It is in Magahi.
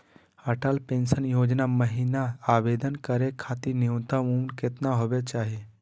अटल पेंसन योजना महिना आवेदन करै खातिर न्युनतम उम्र केतना होवे चाही?